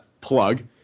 plug